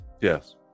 Yes